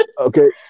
Okay